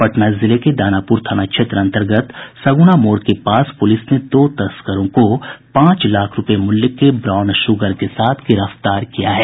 पटना जिले के दानापुर थाना क्षेत्र अन्तर्गत सगुना मोड़ के पास पुलिस ने दो तस्करों को पांच लाख रूपये मूल्य के ब्राउन शुगर के साथ गिरफ्तार किया है